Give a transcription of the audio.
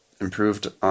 Improved